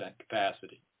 capacity